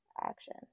action